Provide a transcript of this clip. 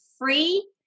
free